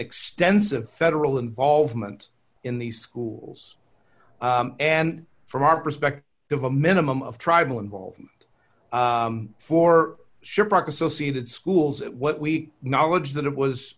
extensive federal involvement in these schools and from our perspective of a minimum of tribal involvement for shiprock associated schools what we knowledge that it was